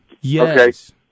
Yes